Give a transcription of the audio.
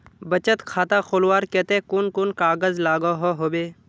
बचत खाता खोलवार केते कुन कुन कागज लागोहो होबे?